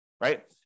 right